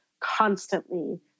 constantly